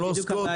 הן לא עוסקות,